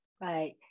Right